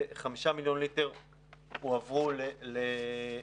ו-5 מיליון ליטרים הועברו לייבוש.